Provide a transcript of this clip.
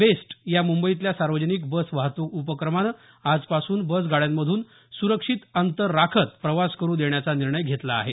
best या मुंबईतल्या सार्वजनिक बस वाहतूक उपक्रमानं आजपासून बस गाड्यांमधून सुरक्षित अंतर राखत प्रवास करू देण्याचा निर्णय घेतला आहे